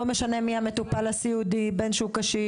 לא משנה מיהו המטופל הסיעודי; בין אם הוא קשיש,